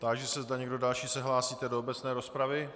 Táži se, zda někdo další se hlásíte do obecné rozpravy.